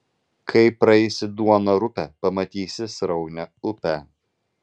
kai praeisi duoną rupią pamatysi sraunią upę